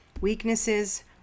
weaknesses